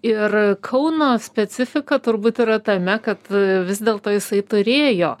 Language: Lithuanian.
ir kauno specifika turbūt yra tame kad vis dėlto jisai turėjo